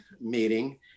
meeting